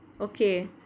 Okay